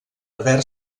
haver